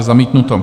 Zamítnuto.